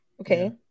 okay